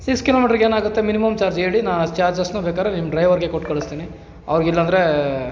six ಕಿಲೋಮೀಟ್ರಿಗೆ ಏನಾಗುತ್ತೆ minimum charge ಹೇಳಿ ನಾನು ಅಷ್ಟು ಚಾರ್ಜಸನ್ನ ಬೇಕಾದ್ರೆ ನಿಮ್ಮ ಡ್ರೈವರ್ಗೆ ಕೊಟ್ಟು ಕಳಿಸ್ತಿನಿ ಅವರಿಗಿಲ್ಲ ಅಂದರೆ